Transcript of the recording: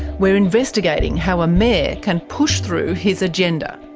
we're investigating how a mayor can push through his agenda,